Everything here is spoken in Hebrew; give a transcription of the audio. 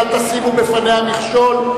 אל תשימו בפניה מכשול,